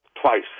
twice